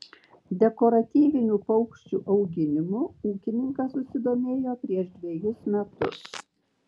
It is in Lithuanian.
dekoratyvinių paukščių auginimu ūkininkas susidomėjo prieš dvejus metus